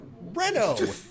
Renault